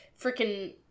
freaking